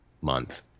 month